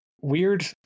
weird